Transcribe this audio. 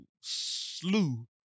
slew